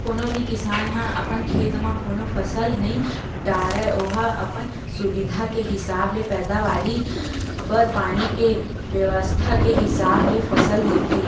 कोनो भी किसान ह अपन खेत म कोनो फसल नइ डारय ओहा अपन सुबिधा के हिसाब ले पैदावारी बर पानी के बेवस्था के हिसाब ले फसल लेथे